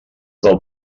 del